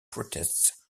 protests